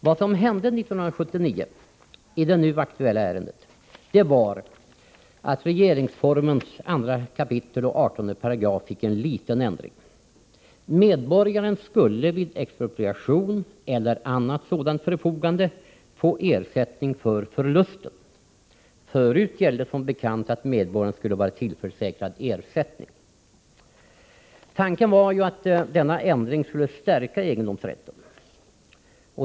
Vad som hände 1979 i det nu aktuella ärendet var att regeringsformens 2 kap. 18 § fick en liten ändring. Medborgaren skulle vid expropriation eller annat sådant förfogande få ersättning för förlusten. Förut gällde som bekant att medborgaren skulle vara tillförsäkrad ersättning. Tanken var att denna ändring skulle stärka egendomsrätten.